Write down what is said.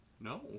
No